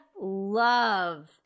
love